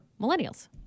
millennials